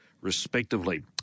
respectively